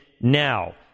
now